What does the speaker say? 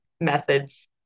methods